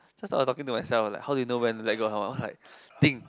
just now I was talking to myself like how do you know when to let go of someone I was like think